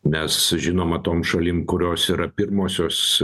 nes žinoma tom šalim kurios yra pirmosios